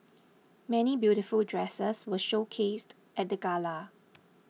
many beautiful dresses were showcased at the gala